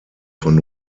von